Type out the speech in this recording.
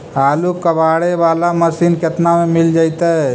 आलू कबाड़े बाला मशीन केतना में मिल जइतै?